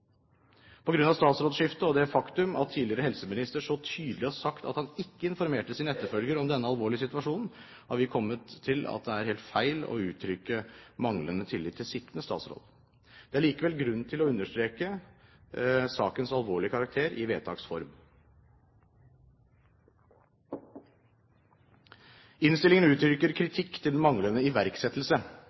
statsrådsskiftet og det faktum at den tidligere helseministeren så tydelig har sagt at han ikke informerte sin etterfølger om denne alvorlige situasjonen, har vi kommet til at det er helt feil å uttrykke manglende tillit til sittende statsråd. Det er likevel grunn til å understreke sakens alvorlige karakter i vedtaks form. Innstillingen uttrykker kritikk til den manglende iverksettelse.